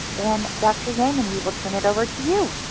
and dr. yeaman, we will turn it over to you.